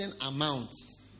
amounts